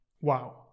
Wow